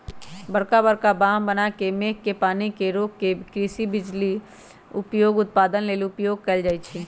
बरका बरका बांह बना के मेघ के पानी के रोक कृषि उपयोग, बिजली उत्पादन लेल उपयोग कएल जाइ छइ